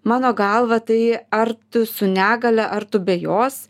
mano galva tai ar tu su negalia ar tu be jos